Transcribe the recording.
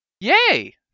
Yay